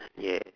yeah